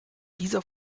dieser